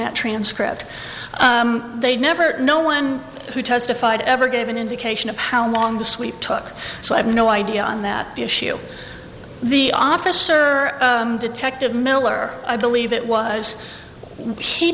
that transcript they never no one who testified ever gave an indication of how long the sweep took so i have no idea on that issue the officer detective miller i believe it was she